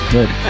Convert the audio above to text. Good